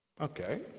Okay